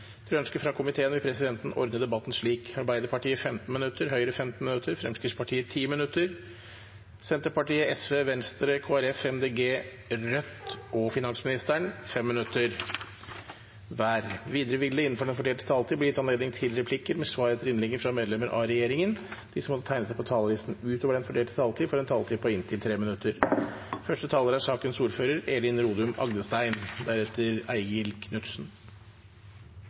Etter ønske fra finanskomiteen vil presidenten ordne debatten slik: Arbeiderpartiet 15 minutter, Høyre 15 minutter, Fremskrittspartiet 10 minutter, Senterpartiet 5 minutter, Sosialistisk Venstreparti 5 minutter, Venstre 5 minutter, Kristelig Folkeparti 5 minutter, Miljøpartiet De Grønne 5 minutter, Rødt 5 minutter og finansministeren 5 minutter. Videre vil det – innenfor den fordelte taletid – bli gitt anledning til replikker med svar etter innlegg fra medlemmer av regjeringen, og de som måtte tegne seg på talerlisten utover den fordelte taletid, får en taletid på inntil 3 minutter.